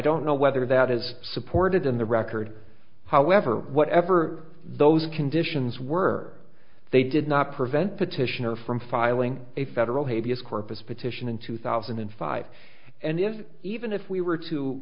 don't know whether that is supported in the record however whatever those conditions were they did not prevent petitioner from filing a federal habeas corpus petition in two thousand and five and if even if we were to